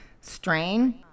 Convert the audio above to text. Strain